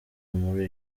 muri